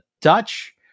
Dutch